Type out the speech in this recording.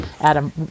Adam